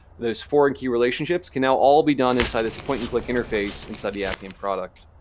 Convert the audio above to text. those foreign key relationships can now all be done inside this point-and-click interface inside the appian product.